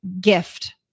gift